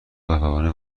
وپروانه